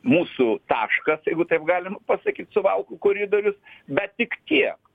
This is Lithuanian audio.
mūsų taškas jeigu taip galima pasakyt suvalkų koridorius bet tik tiek